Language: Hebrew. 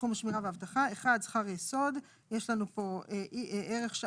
לנו פה ערך,